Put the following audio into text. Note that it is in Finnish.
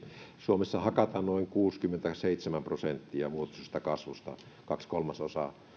suomessa hakataan noin kuusikymmentäseitsemän prosenttia vuotuisesta kasvusta kaksi kolmasosaa